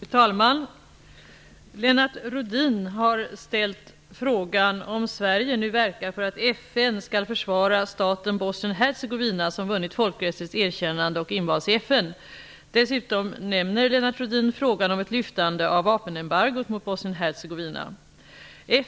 Fru talman! Lennart Rohdin har ställt frågan om Sverige nu verkar för att FN skall försvara staten Bosnien-Hercegovina som vunnit folkrättsligt erkännande och invalts i FN. Dessutom nämner Lennart Rohdin frågan om ett lyftande av vapenembargot mot Bosnien-Hercegovina.